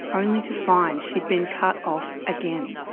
only to find she'd been cut off. again.